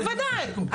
בוודאי.